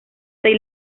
seis